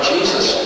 Jesus